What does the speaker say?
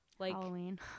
Halloween